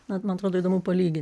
na man atrodo įdomu palygint